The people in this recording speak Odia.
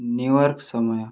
ନ୍ୟୁୟର୍କ ସମୟ